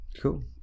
cool